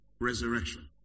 Resurrection